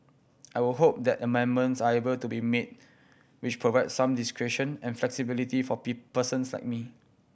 I would hope that amendments are able to be made which provide some discretion and flexibility for persons like me